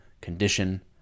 condition